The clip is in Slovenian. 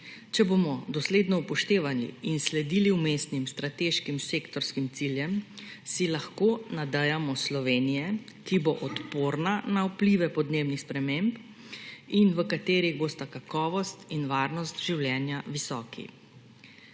Če bomo dosledno upoštevali in sledili umestnim strateškim sektorskim ciljem, se lahko nadejamo Slovenije, ki bo odporna na vplive podnebnih sprememb in v kateri bosta kakovost in varnost življenja visoki.